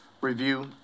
review